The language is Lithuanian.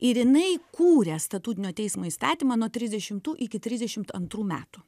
ir jinai kūrė statutinio teismo įstatymą nuo trisdešimtų iki trisdešimt antrų metų